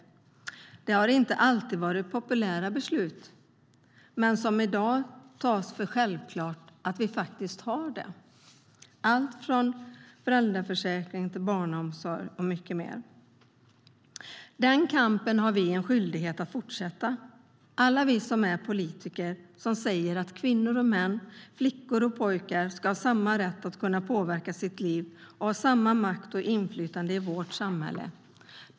Det har inte alltid varit populära beslut, men i dag ses det som självklart att vi har allt från föräldraförsäkring till barnomsorg och mycket mer. Den kampen har vi en skyldighet att fortsätta, alla vi politiker som säger att kvinnor och män, flickor och pojkar ska ha samma rätt att påverka sitt liv och ha samma makt och inflytande i vårt samhälle.